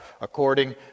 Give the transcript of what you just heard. according